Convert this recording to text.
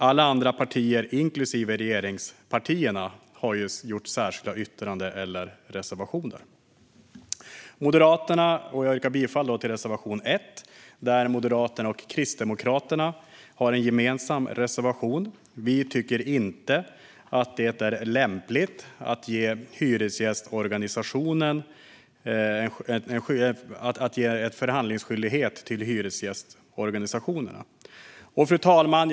Alla andra partier, inklusive regeringspartierna, har gjort särskilda yttranden eller reserverat sig. Jag yrkar bifall till Moderaternas och Kristdemokraternas gemensamma reservation 1. Vi tycker inte att det är lämpligt att ge en förhandlingsskyldighet till hyresgästorganisationerna. Fru talman!